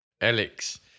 Alex